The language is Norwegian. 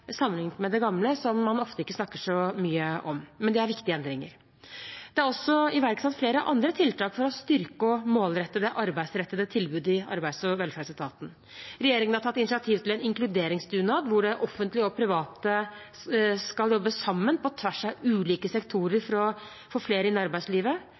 sammenlignet med det gamle, som man ofte ikke snakker så mye om. Men det er viktige endringer. Det er også iverksatt flere andre tiltak for å styrke og målrette det arbeidsrettede tilbudet i Arbeids- og velferdsetaten. Regjeringen har tatt initiativ til en inkluderingsdugnad, hvor det offentlige og private skal jobbe sammen, på tvers av ulike sektorer, for å få flere inn i arbeidslivet.